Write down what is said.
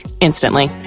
instantly